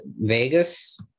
Vegas